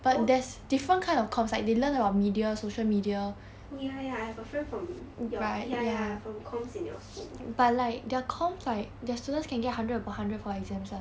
oh oh ya ya I have a friend from your ya ya from comms in your school